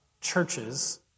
churches